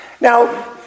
Now